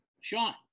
Sean